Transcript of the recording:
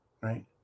right